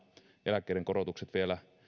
eläkkeiden korotukset vielä